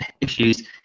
issues